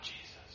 Jesus